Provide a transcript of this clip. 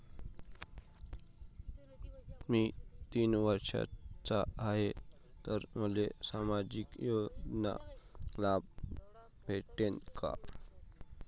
मी तीस वर्षाचा हाय तर मले सामाजिक योजनेचा लाभ भेटन का?